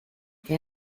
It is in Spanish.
que